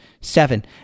seven